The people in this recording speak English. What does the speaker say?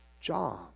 job